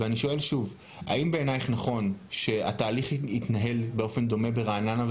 אני שואל שוב: האם בעינייך נכון שהתהליך יתנהל באופן דומה ברעננה,